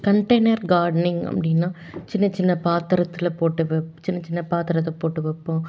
container gardening அப்படின்னா சின்ன சின்ன பாத்தரத்தில் போட்டு வெப் சின்ன சின்ன பாத்தரத்தை போட்டு வைப்போம்